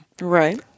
Right